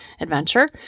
adventure